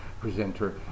presenter